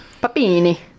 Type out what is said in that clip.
Papini